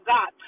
God